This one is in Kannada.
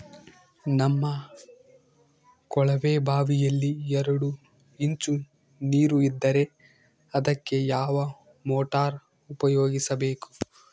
ನಮ್ಮ ಕೊಳವೆಬಾವಿಯಲ್ಲಿ ಎರಡು ಇಂಚು ನೇರು ಇದ್ದರೆ ಅದಕ್ಕೆ ಯಾವ ಮೋಟಾರ್ ಉಪಯೋಗಿಸಬೇಕು?